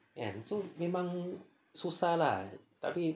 kan lah so memang susah lah tapi